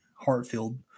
Hartfield